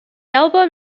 album